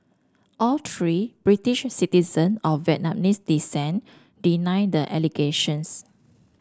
all three British citizen of Vietnamese descent deny the allegations